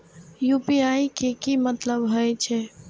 UPI के की मतलब हे छे?